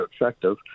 effective